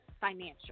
financial